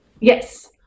Yes